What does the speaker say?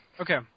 Okay